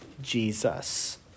Jesus